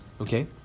Okay